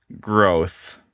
growth